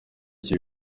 kibi